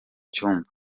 cyumba